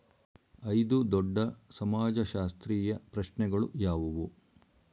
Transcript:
ಐದು ದೊಡ್ಡ ಸಮಾಜಶಾಸ್ತ್ರೀಯ ಪ್ರಶ್ನೆಗಳು ಯಾವುವು?